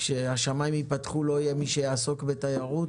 כשהשמים ייפתחו לא יהיה מי שיעסוק בתיירות